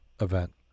event